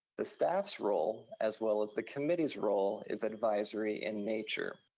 the staff's role, as well as the committee's role, is advisory in nature.